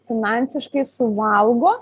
finansiškai suvalgo